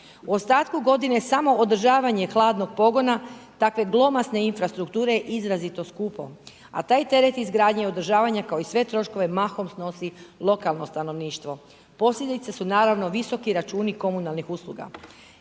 U ostatku godine samoodržavanje hladnog pogona takve glomazne infrastrukture izrazito je skupo a taj teret izgradnje održavanja kao i sve troškove mahom snosi lokalno stanovništvo. Posljedice su naravno, visoki računi komunalnih usluga.